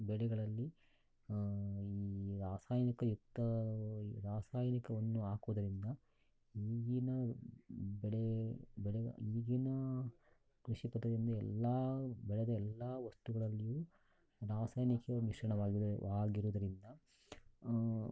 ಬೆಳೆಗಳಲ್ಲಿ ರಾಸಾಯನಿಕಯುಕ್ತ ರಾಸಾಯನಿಕವನ್ನು ಹಾಕುವುದರಿಂದ ಈಗಿನ ಬೆಳೆ ಬೆಳೆ ಈಗಿನ ಕೃಷಿ ಪದ್ಧತಿಯಿಂದ ಎಲ್ಲ ಬೆಳೆದ ಎಲ್ಲ ವಸ್ತುಗಳಲ್ಲಿಯೂ ರಾಸಾಯನಿಕ ಮಿಶ್ರಣವಾಗಿದೆ ವಾಗಿರುವುದರಿಂದ